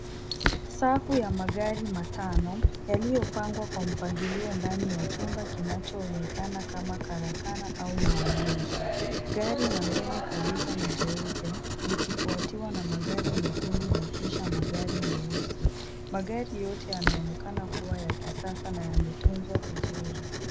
Safu ya magari matano yaliyopangwa kwa mpangilio ndani ya chumba kinachoonekana kama karakana au maonyesho, gari la mbele kabisa ni jeupe likifuatiwa na magari mekundu na kisha magari meusi. Magari yote yanaonekana kuwa ya kisasa na yametunzwa vizuri.